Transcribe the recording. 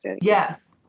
Yes